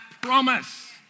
promise